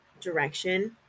direction